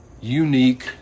unique